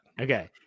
Okay